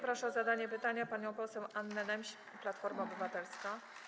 Proszę o zadanie pytania panią poseł Annę Nemś, Platforma Obywatelska.